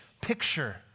picture